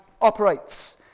operates